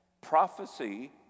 Prophecy